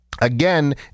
Again